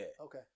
Okay